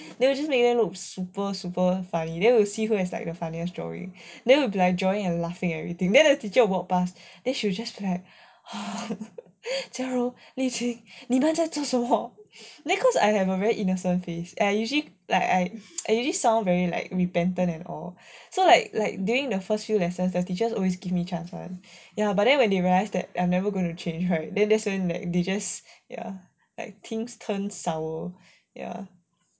then we just make them look super super funny then we will see her as like the funniest drawing then we will be like drawing and laughing at everything then the teacher will walk pass then she will just be like jia rou li jun 你们在做什么 cause I have a very innocent face usually like I I usually sound very like repentant and all so like like during the first few lessons as teachers always give me chance [one] ya but then when they realise that I'm never gonna change right then that's when like they just ya like things turn sour ya